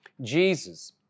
Jesus